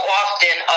often